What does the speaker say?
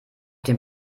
dem